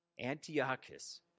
Antiochus